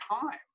time